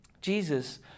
Jesus